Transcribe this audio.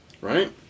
right